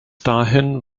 dahin